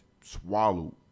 swallowed